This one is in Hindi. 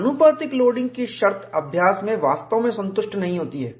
आनुपातिक लोडिंग की शर्त अभ्यास में वास्तव में संतुष्ट नहीं होती है